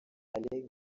alain